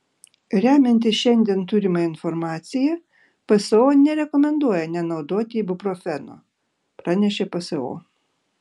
remiantis šiandien turima informacija pso nerekomenduoja nenaudoti ibuprofeno pranešė pso